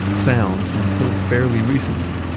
sound, until fairly recently,